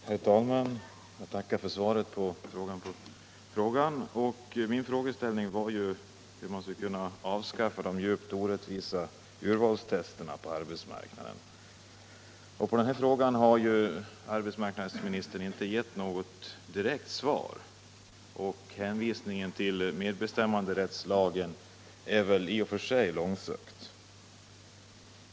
Herr talman! Jag tackar för svaret på min interpellation. Min frågeställning var ju hur man skulle kunna avskaffa de djupt orättvisa urvalstesterna på arbetsmarknaden. På den frågan har arbetsmarknadsministern inte givit något direkt svar, och hänvisningen till medbestämmanderättslagen är väl ganska långsökt.